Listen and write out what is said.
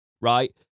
right